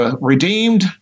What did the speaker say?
redeemed